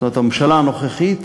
זאת אומרת, הממשלה הנוכחית